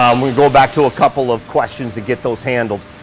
um we go back to a couple of questions to get those handled.